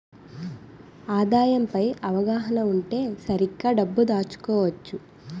ఆదాయం పై అవగాహన ఉంటే సరిగ్గా డబ్బు దాచుకోవచ్చు